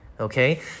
Okay